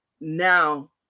Now